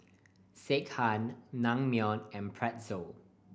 Sekihan Naengmyeon and Pretzel